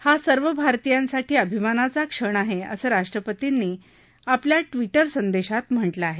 हा सर्व भारतीयांसाठी अभिमानाचा क्षण आहे असं राष्ट्रपतींनी आपल्या ट्विटर संदेशात म्हटलं आहे